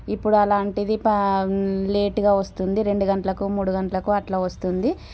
ఇప్పుడు అలాంటిది లేటుగా వస్తుంది రెండు గంటలకు మూడు గంటలకు అట్లా వస్తుంది